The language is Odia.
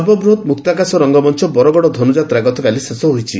ସର୍ବବୃହତ୍ ମୁକ୍ତାକାଶ ରଙ୍ଙମଞ ବରଗଡ ଧନ୍ଯାତ୍ରା ଗତକାଲି ଶେଷ ହୋଇଛି